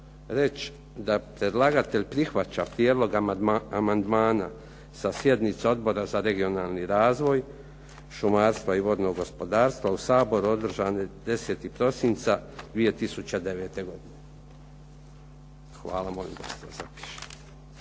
reći da predlagatelj prihvaća prijedlog amandmana sa sjednice Odbora za regionalni razvoj, šumarstva i vodnog gospodarstva u Saboru održane 10. prosinca 2009. godine. Znači, kao što sam rekao,